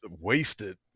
wasted